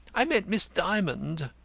i meant miss dymond.